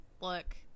look